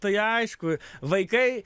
tai aišku vaikai